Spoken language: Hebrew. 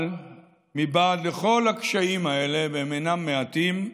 אבל מבעד לכל הקשיים האלה, והם אינם מעטים,